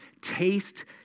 taste